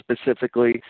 specifically